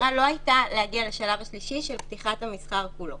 המטרה לא הייתה להגיע לשלב השלישי של פתיחת המסחר כולו.